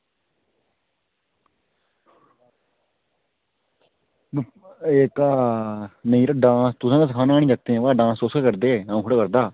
नेईं यरो डांस तुसें गै सखाना हा ना जागतें ई ते डांस तुस करदे अं'ऊ थोह्ड़े करदा